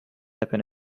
happen